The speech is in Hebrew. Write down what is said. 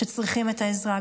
שצריכים את העזרה,